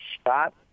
Stop